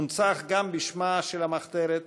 מונצחת גם בשמה של המחתרת,